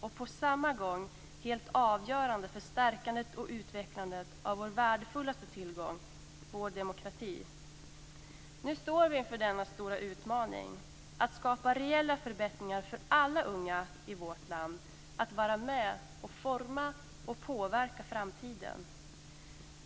och på samma gång helt avgörande för stärkandet och utvecklandet av vår värdefullaste tillgång, vår demokrati. Nu står vi inför den stora utmaningen att skapa reella förbättringar för alla unga i vårt land. Det gäller att vara med och forma och påverka framtiden.